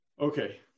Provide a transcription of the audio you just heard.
Okay